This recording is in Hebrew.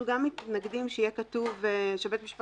אנחנו גם מתנגדים שיהיה כתוב שבית המשפט